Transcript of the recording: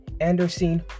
Anderson